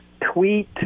tweet